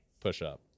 push-up